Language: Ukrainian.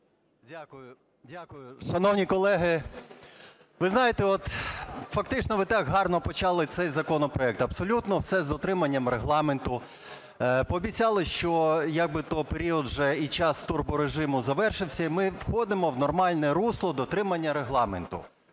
Дякую. Шановні колеги, фактично ви так гарно почали цей законопроект. Абсолютно все з дотриманням Регламенту, пообіцяли, що як би то період і час турборежиму завершився і ми входимо в нормальне русло дотримання Регламенту.